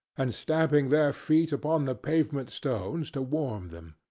and stamping their feet upon the pavement stones to warm them.